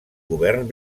govern